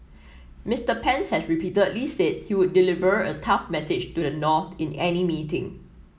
Mister Pence has repeatedly said he would deliver a tough message to the north in any meeting